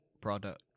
product